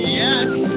yes